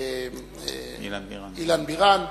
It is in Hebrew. אילן בירן,